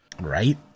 Right